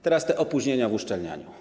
Teraz te opóźnienia w uszczelnianiu.